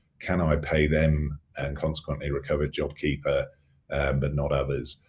can i pay them and consequently recover jobkeeper but not others?